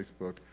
Facebook